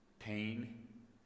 pain